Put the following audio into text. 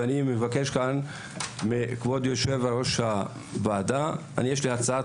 אני מבקש כאן מכבוד יושב-ראש הוועדה יש לי הצעת